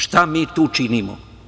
Šta mi tu činimo?